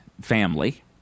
family